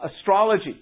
astrology